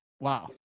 Wow